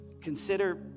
consider